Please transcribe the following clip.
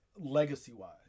legacy-wise